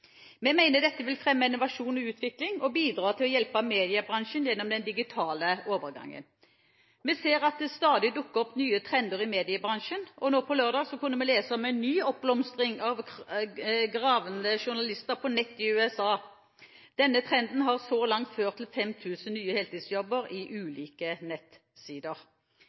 Vi mener dette vil fremme innovasjon og utvikling og bidra til å hjelpe mediebransjen gjennom den digitale overgangen. Vi ser at det stadig dukker opp nye trender i mediebransjen, og på lørdag kunne vi lese om en ny oppblomstring av gravende journalister på nett i USA. Denne trenden har så langt ført til 5 000 nye heltidsjobber i ulike nettsider.